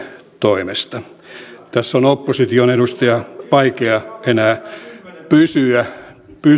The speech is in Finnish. toimesta tässä on opposition edustajan vaikea enää pysyä